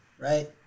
right